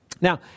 Now